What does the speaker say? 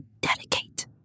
dedicate